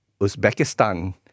Uzbekistan